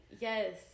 yes